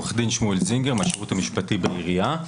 בבקשה.